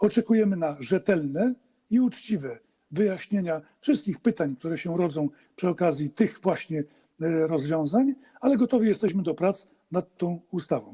Oczekujemy na rzetelne i uczciwe wyjaśnienie wszystkich pytań, które się rodzą przy okazji tych właśnie rozwiązań, ale gotowi jesteśmy do prac nad tą ustawą.